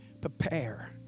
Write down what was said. prepare